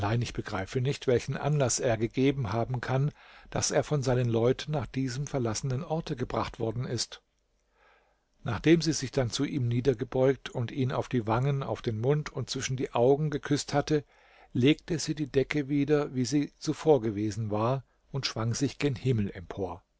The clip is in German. ich begreife nicht welchen anlaß er gegeben haben kann daß er von seinen leuten nach diesem verlassenen orte gebracht worden ist nachdem sie sich dann zu ihm niedergebeugt und ihn auf die wangen auf den mund und zwischen die augen geküßt hatte legte sie die decke wieder wie sie zuvor gewesen war und schwang sich gen himmel empor